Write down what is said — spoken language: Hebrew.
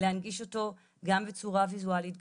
להנגיש אותו בצורה ויזואלית,